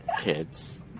kids